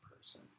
person